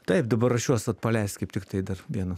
taip dabar ruošiuos vat paleist kaip tik tai dar viena